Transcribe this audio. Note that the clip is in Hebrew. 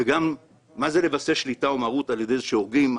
וגם מה זה לבסס שליטה ומרות על ידי זה שהורגים?